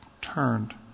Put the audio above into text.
turned